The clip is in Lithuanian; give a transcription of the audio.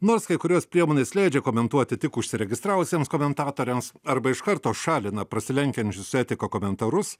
nors kai kurios priemonės leidžia komentuoti tik užsiregistravusiems komentatoriams arba iš karto šalina prasilenkiančius su etika komentarus